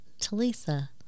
Talisa